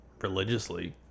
religiously